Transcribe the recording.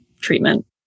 treatment